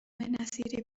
نصیری